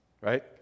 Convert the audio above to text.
right